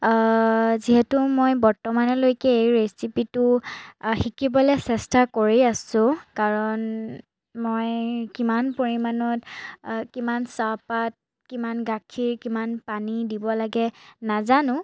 যিহেতু মই বৰ্তমানলৈকে এই ৰেচিপিটো শিকিবলৈ চেষ্টা কৰি আছোঁ কাৰণ মই কিমান পৰিমাণত কিমান চাহপাত কিমান গাখীৰ কিমান পানী দিব লাগে নাজানো